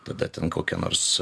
tada ten kokią nors